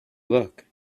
look